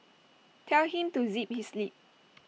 tell him to zip his lip